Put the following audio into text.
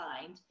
signed